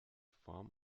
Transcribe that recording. form